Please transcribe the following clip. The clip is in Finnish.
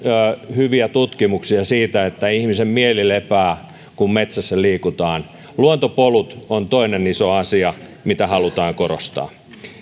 hyviä tutkimuksia siitä että ihmisen mieli lepää kun liikutaan metsässä luontopolut on toinen iso asia mitä haluamme korostaa